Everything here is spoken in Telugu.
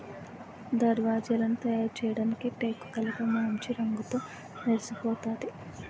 దర్వాజలను తయారుచేయడానికి టేకుకలపమాంచి రంగుతో మెరిసిపోతాది